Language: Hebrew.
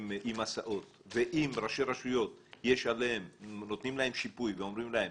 הסעות ואם נותנים לראשי רשויות שיפוי ואומרים להם